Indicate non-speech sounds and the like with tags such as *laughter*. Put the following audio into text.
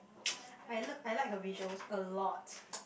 *noise* I look I like her visuals a lot